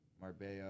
Marbella